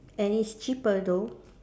and it's cheaper though